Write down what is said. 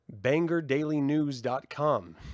bangerdailynews.com